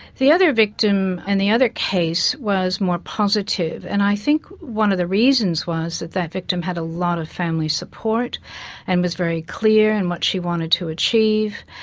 the other victim in and the other case was more positive, and i think one of the reasons was that that victim had a lot of family support and was very clear in what she wanted to achieve,